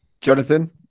Jonathan